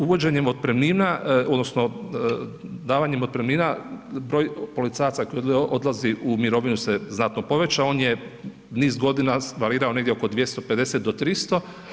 Uvođenjem otpremnina, odnosno davanjem otpremnina broj policajaca koji odlazi u mirovinu se znatno povećao on je niz godina varirao negdje oko 250 do 300.